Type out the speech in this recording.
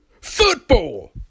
FOOTBALL